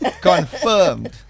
Confirmed